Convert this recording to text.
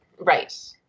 Right